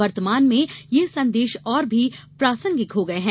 वर्तमान में ये संदेश और भी प्रासंगिक हो गए हैं